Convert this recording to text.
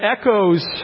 echoes